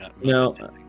no